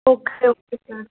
okay okay sir